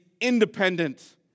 independent